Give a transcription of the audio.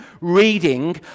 reading